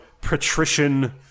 patrician